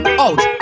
out